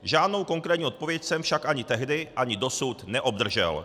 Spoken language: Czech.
Žádnou konkrétní odpověď jsem však ani tehdy, ani dosud neobdržel.